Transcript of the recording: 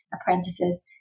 apprentices